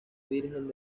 virgen